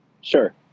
Sure